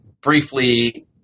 briefly